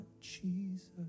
Jesus